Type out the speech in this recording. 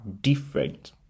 different